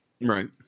Right